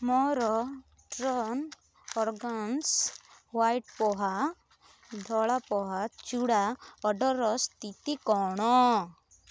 ମୋର turn organic white poha ଧଳା ଚୁଡ଼ା ଅର୍ଡ଼ର୍ର ସ୍ଥିତି କ'ଣ